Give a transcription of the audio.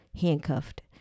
handcuffed